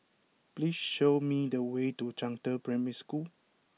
please show me the way to Zhangde Primary School